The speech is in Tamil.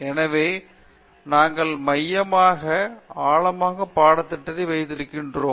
எனவே நாங்கள் மையமாக ஆழமாக பாடத்திட்டத்தை வடிவமைத்திருக்கிறோம்